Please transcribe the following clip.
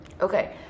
Okay